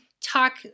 talk